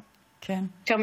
אחד,